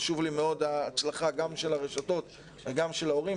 חשובה לי מאוד ההצלחה גם של הרשתות וגם של ההורים,